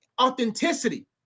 authenticity